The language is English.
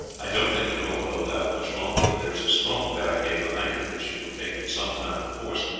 i don't think the door will hold out much longer but there is a strong barricade behind it which it will take them some time to force,